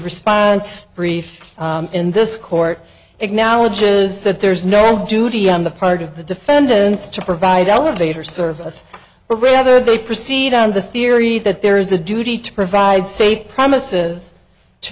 response brief in this court acknowledges that there is no duty on the part of the defendants to provide elevator service but rather they proceed on the theory that there is a duty to provide safe premises to